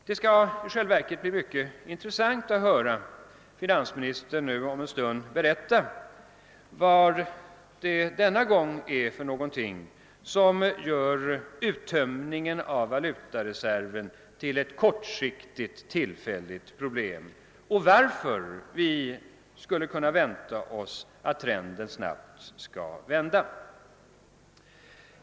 Det skall i själva verket bli mycket intressant att höra finansministern om en stund berätta vad det denna gång är som gör uttömningen av valutareserven till ett kortsiktigt tillfälligt problem och varför vi skulle kunna vänta oss att trenden snabbt skall vändas.